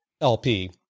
LP